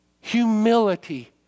humility